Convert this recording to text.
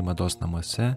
mados namuose